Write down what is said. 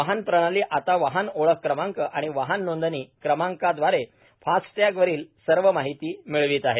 वाहन प्रणाली आता वाहन ओळख क्रमांक आणि वाहन नोंदणी क्रमांकादवारे फास्टश्ववरील सर्व माहिती मिळवित आहे